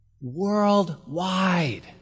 worldwide